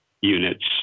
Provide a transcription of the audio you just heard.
units